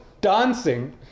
dancing